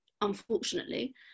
unfortunately